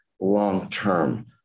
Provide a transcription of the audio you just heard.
long-term